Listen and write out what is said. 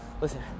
Listen